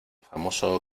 famoso